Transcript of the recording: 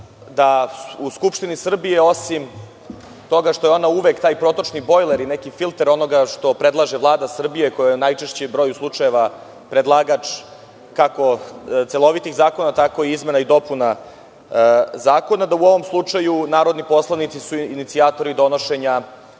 da u Skupštini Srbije osim toga što je ona uvek taj protočni bojler i neki filter onoga što predlaže Vlada Srbije, koja je u najčešćem broju slučajeva predlagač kako celovitih zakona, tako i izmena i dopuna zakona, da u ovom slučaju narodni poslanici su inicijatori donošenja